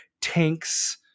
tanks